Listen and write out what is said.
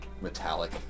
metallic